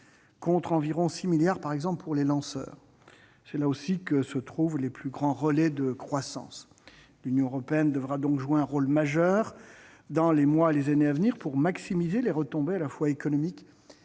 contre environ 6 milliards d'euros, par exemple, pour les lanceurs. C'est là aussi que se trouvent les plus grands relais de croissance. L'Union européenne devra donc jouer un rôle majeur, dans les mois et les années à venir, pour maximiser les retombées à la fois économiques